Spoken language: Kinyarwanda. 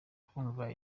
kwumva